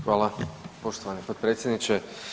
Hvala poštovani potpredsjedniče.